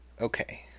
Okay